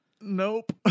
Nope